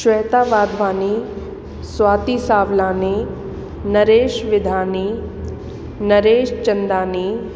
Shweta Wadhwani Swati Sawlani Naresh Vidhani Naresh Chandani